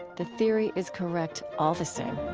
the theory is correct all the same.